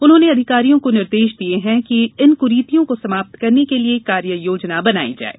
उन्होंने अधिकारियों को निर्देश दिए कि इन क्रीतियों को समाप्त करने के लिये कार्य योजना बनाएं